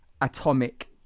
atomic